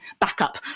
backup